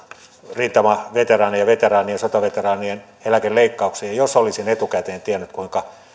rintamaveteraanien ja sotaveteraanien eläkeleikkauksen jos olisin etukäteen tiennyt kuinka